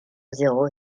zéro